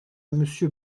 monsieur